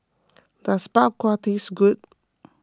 does Bak Kwa tastes good